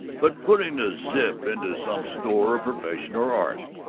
but putting the zip into some store or profession or art.